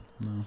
No